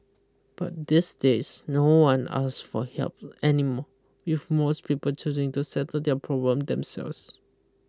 but these days no one ask for help anymore if most people choosing to settle their problem themselves